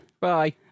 Bye